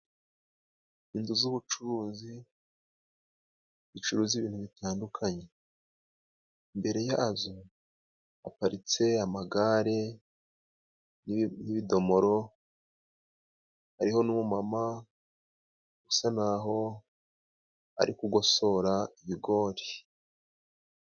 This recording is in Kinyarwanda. Inzu z'ubucuruzi zicuruza ibintu bitandukanye, imbere yazo haparitse amagare ni n'ibidomoro, hariho n'umumama usa naho ari kugosora ibigori.